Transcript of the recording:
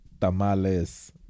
tamales